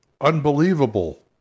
unbelievable